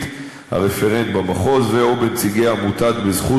הרפרנט במחוז או עם נציגי עמותת "בזכות",